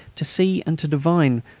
to see, and to divine,